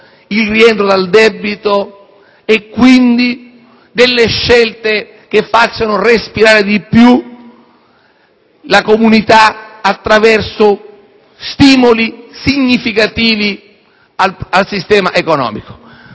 il rientro dal debito, con scelte che facciano respirare di più la comunità, attraverso stimoli significativi al sistema economico.